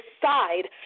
decide